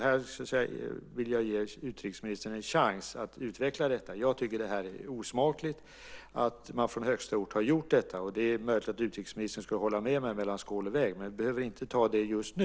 Här vill jag ge utrikesministern en chans att utveckla detta. Jag tycker att det är osmakligt att man från högsta ort har gjort detta. Det är möjligt att utrikesministern skulle hålla med mig mellan skål och vägg. Vi behöver inte ta det just nu.